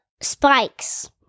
Spikes